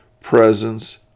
presence